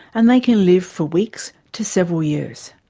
and they can live for weeks to several years.